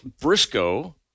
Briscoe